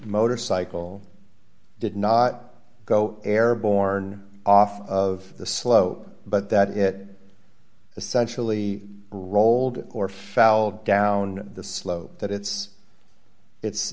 motorcycle did not go airborne off of the slow but that it essentially rolled or fell down the slope that it's it